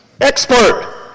Expert